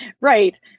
Right